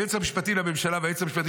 הייעוץ המשפטי לממשלה והייעוץ המשפטי